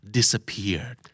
Disappeared